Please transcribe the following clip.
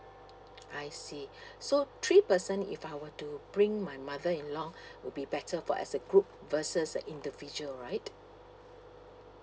I see so three person if I want to bring my mother along would be better for as a group versus a individual right